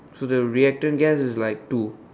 so the reactant gas is like two